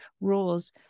rules